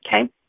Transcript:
Okay